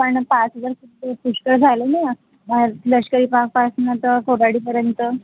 पण पाच हजार रुपये पुष्कळ झाले ना लष्करी बागपासून तर कोराडीपर्यंत